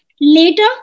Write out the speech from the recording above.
Later